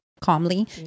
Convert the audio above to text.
calmly